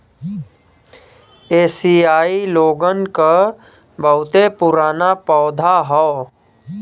एसिआई लोगन क बहुते पुराना पौधा हौ